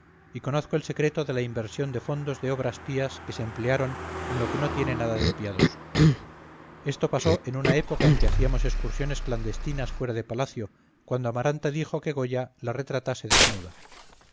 y conozco el secreto de la inversión de fondos de obras pías que se emplearon en lo que no tiene nada de piadoso esto pasó en una época en que hacíamos excursiones clandestinas fuera de palacio cuando amaranta hizo que goya la retratase desnuda